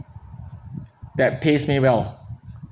that pays me well